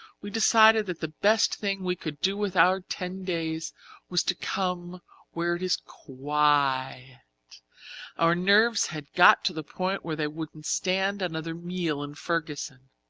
we decided that the best thing we could do with our ten days was to come where it is quiet. our nerves had got to the point where they wouldn't stand another meal in fergussen.